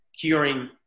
curing